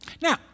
Now